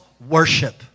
worship